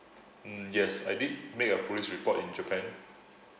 mm yes I did make a police report in japan